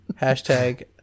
hashtag